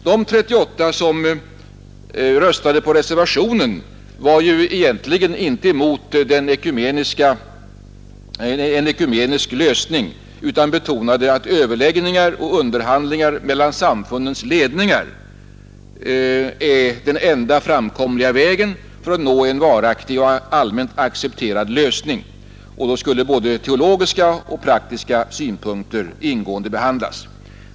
De 38 som röstade för reservationen var ju egentligen inte emot en ekumenisk lösning utan betonade att överläggningar och underhandlingar mellan samfundens ledningar är den enda framkomliga vägen för att nå en varaktig och allmänt accepterad lösning, och då skulle både teologiska och praktiska synpunkter ingående behandlas.